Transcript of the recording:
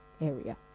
area